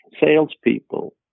Salespeople